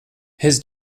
his